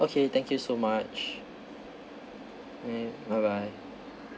okay thank you so much right bye bye